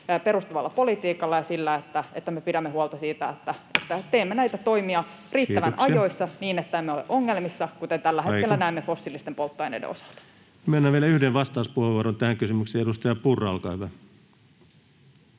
perustuvalla politiikalla ja sillä, että me pidämme huolta siitä, että teemme näitä toimia riittävän ajoissa, [Puhemies: Kiitoksia!] niin että emme ole ongelmissa, [Puhemies: Aika!] kuten tällä hetkellä näemme fossiilisten polttoaineiden osalta. Myönnän vielä yhden vastauspuheenvuoron tähän kysymykseen. — Edustaja Purra, olkaa hyvä.